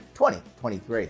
2023